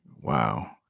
wow